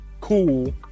cool